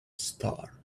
star